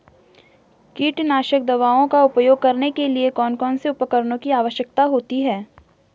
कीटनाशक दवाओं का उपयोग करने के लिए कौन कौन से उपकरणों की आवश्यकता होती है?